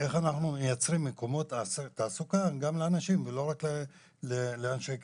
איך אנחנו מייצרים מקומות תעסוקה גם לנשים ולא רק לאנשי קבע.